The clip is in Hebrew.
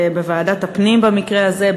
בוועדת הפנים במקרה הזה,